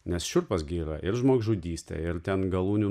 nes šiurpas gi yra ir žmogžudystė ir ten galūnių